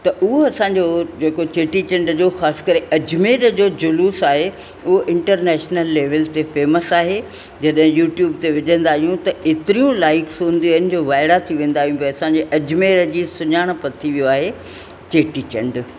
त उहो असांजो जेको चेटी चंड जो ख़ासि करे अजमेर जो झुलूस आहे उहो इंटरनेशनल लेवल ते फेमस आहे जॾहिं यूट्यूब ते विझंदा आहियूं त एतिरियूं लाइक्स हूंदियूं आहिनि जो वाइड़ा थी वेंदा आहियूं भई असांजे अजमेर जी सुञाणप थी वियो आहे चेटी चंड